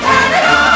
Canada